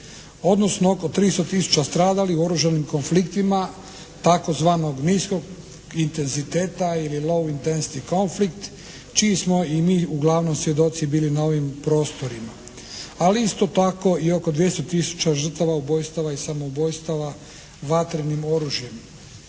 odnosno oko 300 tisuća stradalih u oružanim konfliktima tzv. niskog intenziteta ili "low intensity conflikt" čiji smo i mi uglavnom svjedoci bili na ovim prostorima. Ali isto tako i oko 200 tisuća žrtava ubojstava i samoubojstava vatrenim oružjem.